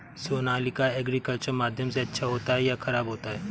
Sonalika agriculture माध्यम से अच्छा होता है या ख़राब होता है?